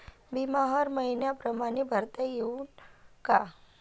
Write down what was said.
बिमा हर मइन्या परमाने भरता येऊन का?